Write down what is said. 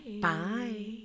Bye